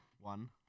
one